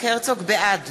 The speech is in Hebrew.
בעד